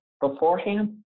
beforehand